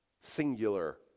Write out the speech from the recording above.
singular